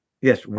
yes